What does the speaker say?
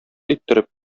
иттереп